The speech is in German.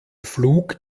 flug